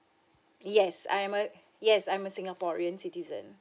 yes I'm a yes I'm a singaporean citizen